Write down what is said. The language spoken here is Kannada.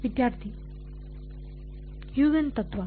ವಿದ್ಯಾರ್ಥಿ ಹ್ಯೂಜೆನ್ಸ್ ತತ್ವ